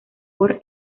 por